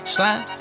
Slime